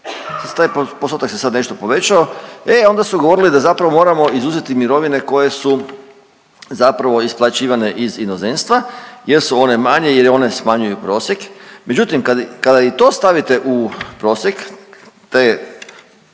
Taj postotak se sad nešto povećao. E, onda su govorili da zapravo moramo izuzeti mirovine koje su zapravo isplaćivane iz inozemstva jer su one manje, jer one smanjuju prosjek. Međutim, kad, kada i to stavite u prosjek, te,